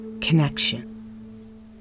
connection